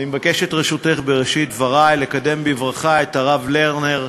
אני מבקש את רשותך בראשית דברי לקדם בברכה את הרב לרנר,